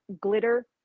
glitter